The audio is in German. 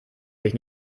mich